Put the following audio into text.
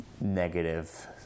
negative